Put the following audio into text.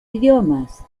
idiomas